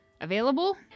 available